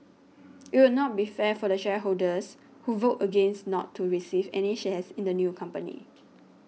it will not be fair for the shareholders who vote against not to receive any shares in the new company